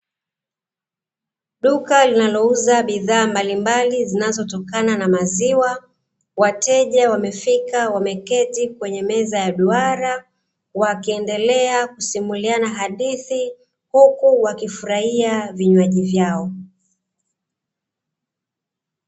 Duka linalouza bidhaa mbalimbali zinazotokana na maziwa, wateja wamefika wameketi kwenye meza ya duara wakiendelea kusimuliana hadithi huku wakifurahia vinywaji vyao.